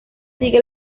sigue